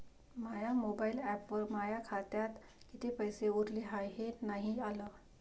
माया mobile ॲपवर माया खात्यात किती पैसे उरले हाय हे नाही आलं